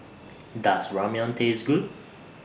Does Ramyeon Taste Good